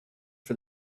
for